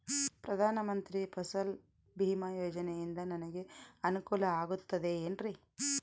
ಪ್ರಧಾನ ಮಂತ್ರಿ ಫಸಲ್ ಭೇಮಾ ಯೋಜನೆಯಿಂದ ನನಗೆ ಅನುಕೂಲ ಆಗುತ್ತದೆ ಎನ್ರಿ?